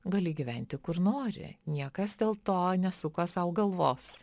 gali gyventi kur nori niekas dėl to nesuko sau galvos